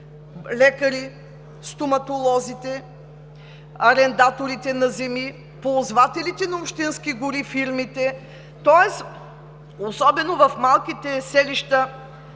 лекарите, стоматолозите, арендаторите на земи, ползвателите на общински гори – фирмите. Особено в малките селища